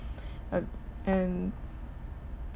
uh and